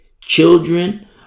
children